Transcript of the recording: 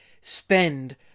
spend